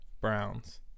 Browns